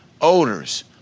odors